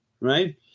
right